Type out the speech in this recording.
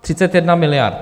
31 miliard.